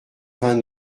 vingt